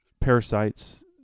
parasites